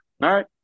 right